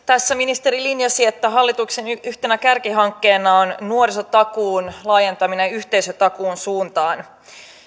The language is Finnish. tässä ministeri linjasi että hallituksen yhtenä kärkihankkeena on nuorisotakuun laajentaminen yhteisötakuun suuntaan